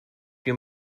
your